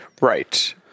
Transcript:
Right